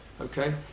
okay